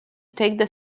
take